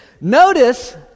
Notice